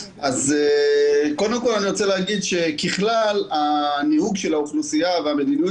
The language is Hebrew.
אני רוצה לומר שככלל ההתנהגות של האוכלוסייה והמדיניות